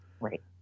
Right